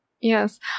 Yes